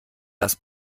das